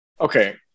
Okay